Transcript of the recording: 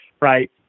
right